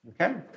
okay